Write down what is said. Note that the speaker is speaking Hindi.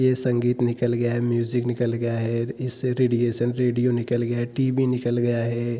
यह संगीत निकल गया है म्यूजिक निकल गया है इससे रेडिएशन रेडियो निकल गया है टी वी निकल गया है